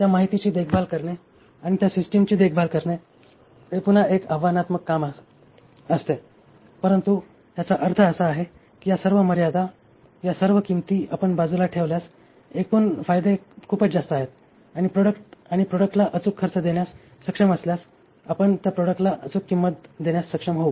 त्या माहितीची देखभाल करणे आणि त्या सिस्टिमची देखभाल करणे हे पुन्हा एक आव्हानात्मक काम असते परंतु याचा अर्थ असा आहे की या सर्व मर्यादा या सर्व किंमती आपण बाजूला ठेवल्यास एकूण फायदे खूपच जास्त आहेत आणि आपण प्रोडक्टला अचूक खर्च देण्यास सक्षम असल्यास आपण त्या प्रोडक्ट्सला अचूक किंमत देण्यास सक्षम होऊ